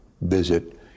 visit